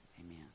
amen